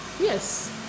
Yes